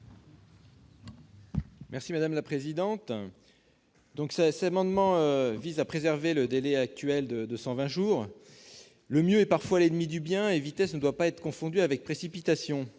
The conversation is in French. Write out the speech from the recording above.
présenter l'amendement n° 42. Cet amendement vise à préserver la durée actuelle de 120 jours. Le mieux est parfois l'ennemi du bien et vitesse ne doit pas être confondue avec précipitation.